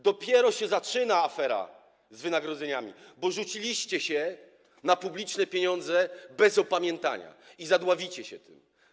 Dopiero się zaczyna afera z wynagrodzeniami, bo rzuciliście się na publiczne pieniądze bez opamiętania i zadławicie się tym.